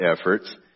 efforts